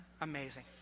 Amazing